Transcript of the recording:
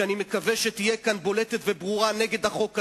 שאני מקווה שתהיה כאן בולטת וברורה נגד החוק הזה,